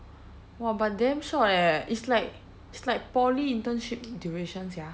!wah! but damn short eh it's like it's like poly internship duration sia